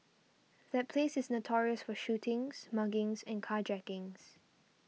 that place is notorious for shootings muggings and carjackings